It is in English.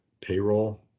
payroll